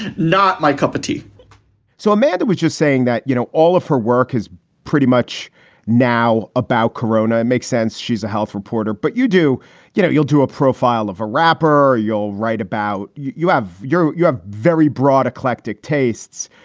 and not my cup of tea so amanda, which is saying that, you know, all of her work has pretty much now about corona. it and makes sense. she's a health reporter. but you do you know, you'll do a profile of a rapper or you'll write about you have you have very broad eclectic tastes.